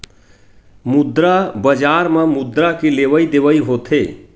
मुद्रा बजार म मुद्रा के लेवइ देवइ होथे